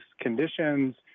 conditions